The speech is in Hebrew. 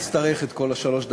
לא אצטרך את כל שלוש הדקות.